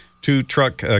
two-truck